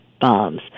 bombs